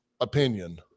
opinion